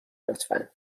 لطفا